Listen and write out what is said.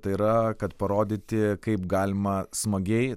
tai yra kad parodyti kaip galima smagiai